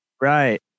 Right